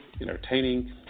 entertaining